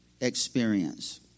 experience